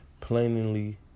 plainly